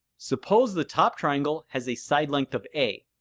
suppose the top triangle has a side length of a,